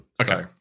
Okay